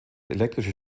elektrische